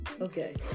okay